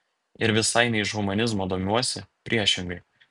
ir visai ne iš humanizmo domiuosi priešingai